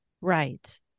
Right